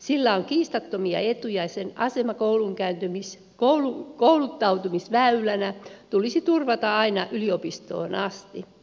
sillä on kiistattomia etuja ja sen asema kouluttautumisväylänä tulisi turvata aina yliopistoon asti